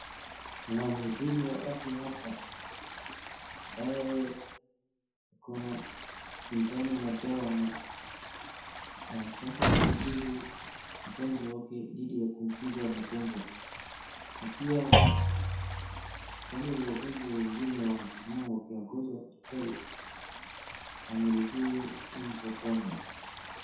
Kuna mhudumu wa afya hapa ambaye ako na sindano na dawa na anataka kumtibu mgonjwa wake dhidi ya kumkinga mgonjwa na pia wale wagonjwa wengine wamesimama wakingoja daktari amalizie huyu mtu wa kwanza.